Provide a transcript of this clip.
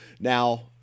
Now